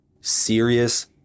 Serious